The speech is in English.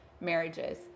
marriages